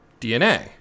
DNA